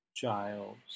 Giles